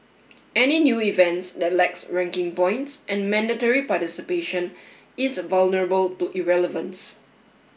any new event that lacks ranking points and mandatory participation is vulnerable to irrelevance